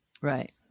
Right